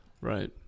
Right